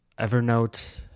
Evernote